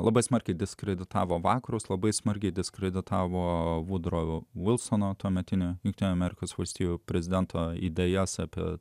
labai smarkiai diskreditavo vakarus labai smarkiai diskreditavo vudrov vilsono tuometinio jungtinių amerikos valstijų prezidento idėjas apie